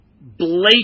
blatant